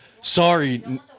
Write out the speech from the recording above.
Sorry